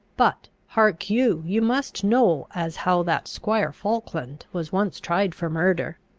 but, hark you! you must know as how that squire falkland was once tried for murder